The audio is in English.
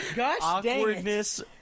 Awkwardness